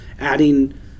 adding